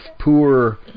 poor